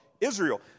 Israel